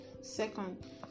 Second